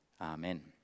Amen